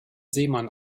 seemann